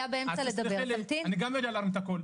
גם אני יודע להרים את הקול.